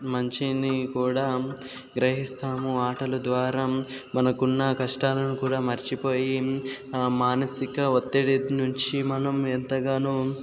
మంచిని కూడా గ్రహిస్తాము ఆటలు ద్వారా మనకు ఉన్న కష్టాలను కూడా మరచిపోయి మానసిక ఒత్తిడి నుంచి మనం ఎంతగానో